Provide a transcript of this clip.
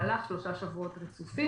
במהלך שלושה שבועות רצופים,